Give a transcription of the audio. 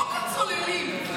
חוק הצוללים.